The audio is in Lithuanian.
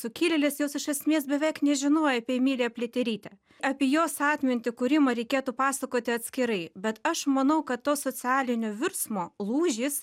sukilėlės jos iš esmės beveik nežinojo apie emiliją pliaterytę apie jos atmintį kūrimą reikėtų pasakoti atskirai bet aš manau kad to socialinio virsmo lūžis